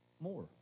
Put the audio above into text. more